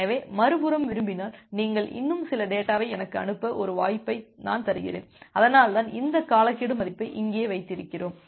எனவே மறுபுறம் விரும்பினால் இன்னும் சில டேட்டாவை எனக்கு அனுப்ப ஒரு வாய்ப்பை நான் தருகிறேன் அதனால்தான் இந்த காலக்கெடு மதிப்பை இங்கே வைத்திருக்கிறோம்